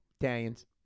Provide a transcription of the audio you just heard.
Italians